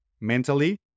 mentally